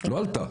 היא לא עלתה,